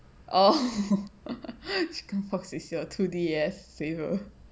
chicken pox is you're two D_S saver